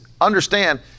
understand